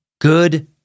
Good